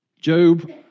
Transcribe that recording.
Job